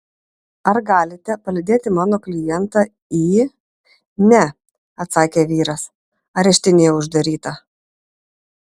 ar galite palydėti mano klientą į ne atsakė vyras areštinėje uždaryta